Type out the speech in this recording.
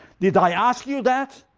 did i ask you that